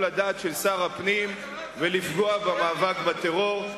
הדעת של שר הפנים ולפגוע במאבק בטרור.